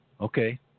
Okay